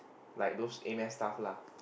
like those A math stuff lah